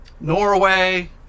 Norway